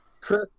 Chris